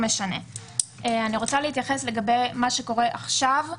אני להתייחס למה שקורה עכשיו,